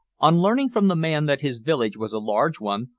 on learning from the man that his village was a large one,